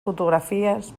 fotografies